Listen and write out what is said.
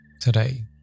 today